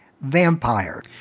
vampire